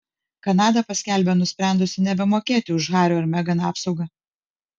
kanada paskelbė nusprendusi nebemokėti už hario ir megan apsaugą